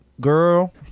girl